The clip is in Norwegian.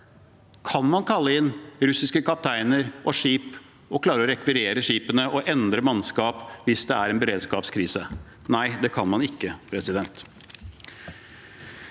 Kan man kalle inn russiske kapteiner og skip, klare å rekvirere skipene og endre mannskap hvis det er en beredskapskrise? Nei, det kan man ikke. Statsråden